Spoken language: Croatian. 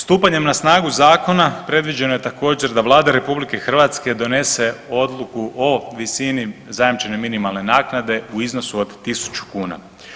Stupanjem na snagu zakona predviđeno je također da Vlada RH donese odluku o visini zajamčene minimalne naknade u iznosu od 1.000 kuna.